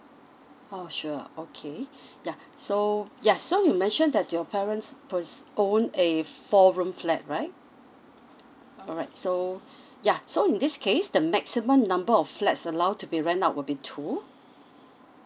oh sure okay yeah so yes so you mentioned that your parents poss~ own a four room flat right alright so yeah so in this case the maximum number of flats allowed to be rent out would be two